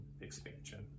expansion